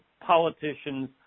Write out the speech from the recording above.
politicians